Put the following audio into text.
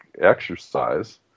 exercise